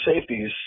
safeties